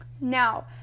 Now